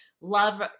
love